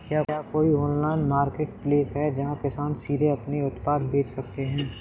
क्या कोई online marketplace है जहाँ किसान सीधे अपने उत्पाद बेच सकते हैं?